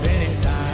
anytime